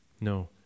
No